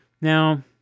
Now